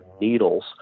needles